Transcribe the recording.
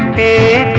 a